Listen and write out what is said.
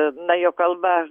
na jo kalba